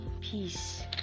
peace